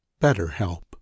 BetterHelp